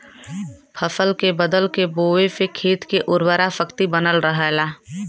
फसल के बदल के बोये से खेत के उर्वरा शक्ति बनल रहला